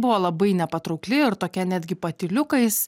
buvo labai nepatraukli ir tokia netgi patyliukais